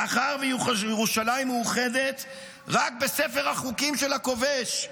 מאחר שירושלים מאוחדת רק בספר החוקים של הכובש.